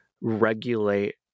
regulate